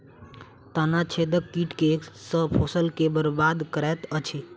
तना छेदक कीट केँ सँ फसल केँ बरबाद करैत अछि?